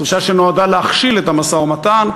דרישה שנועדה להכשיל את המשא-ומתן.